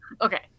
Okay